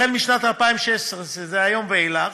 החל בשנת 2016, שזה היום ואילך,